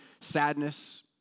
sadness